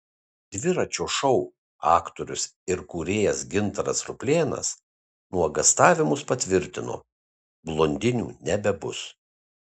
dviračio šou aktorius ir kūrėjas gintaras ruplėnas nuogąstavimus patvirtino blondinių nebebus